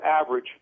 average